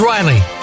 Riley